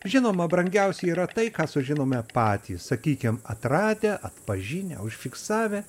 žinoma brangiausia yra tai ką sužinome patys sakykim atradę atpažinę užfiksavę